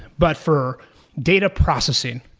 but for data processing,